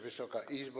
Wysoka Izbo!